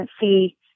see